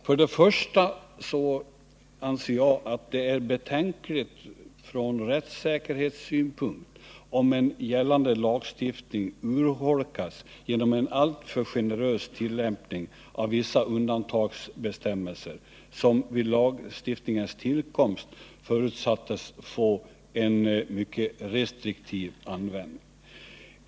För det första anser jag att det är betänkligt från rättssäkerhetssynpunkt om gällande lagstiftning urholkas genom en alltför generös tillämpning av vissa undantagsbestämmelser som vid lagens tillkomst förutsattes få en mycket restriktiv användning.